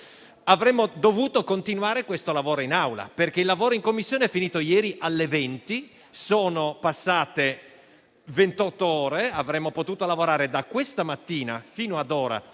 Avremmo dovuto continuare questo lavoro in Aula, perché quello in Commissione è finito ieri alle ore 20. Sono passate ventotto ore, avremmo potuto lavorare da questa mattina fino ad ora